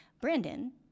Brandon